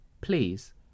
please